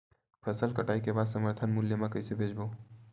फसल कटाई के बाद समर्थन मूल्य मा कइसे बेचबो?